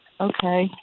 okay